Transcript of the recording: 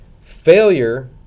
failure